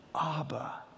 Abba